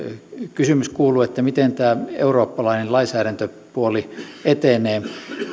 kysymys kuuluu miten eurooppalainen lainsäädäntöpuoli etenee